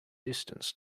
distance